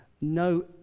no